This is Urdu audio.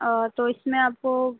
او تو اِس میں آپ کو